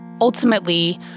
Ultimately